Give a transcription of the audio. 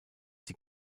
die